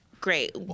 Great